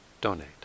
donate